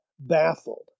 baffled